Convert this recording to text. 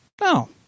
No